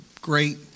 great